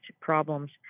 problems